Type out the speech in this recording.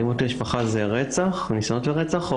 אלימות במשפחה זה רצח וניסיונות לרצח?